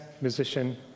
musician